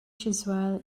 chiswell